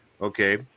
Okay